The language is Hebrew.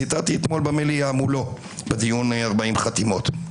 ציטטתי אתמול במליאה מולו בדיון 40 חתימות.